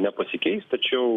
nepasikeis tačiau